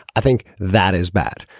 i think that is bad.